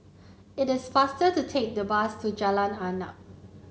it is faster to take the bus to Jalan Arnap